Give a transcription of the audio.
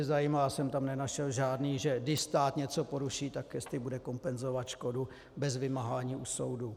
Zajímalo by mě, já jsem tam nenašel žádné, že když stát něco poruší, tak jestli bude kompenzovat škodu bez vymáhání u soudu.